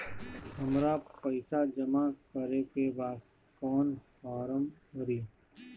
हमरा पइसा जमा करेके बा कवन फारम भरी?